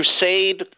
crusade